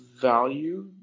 value